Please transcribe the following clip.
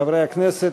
חברי הכנסת,